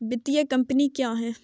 वित्तीय कम्पनी क्या है?